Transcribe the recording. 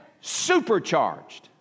supercharged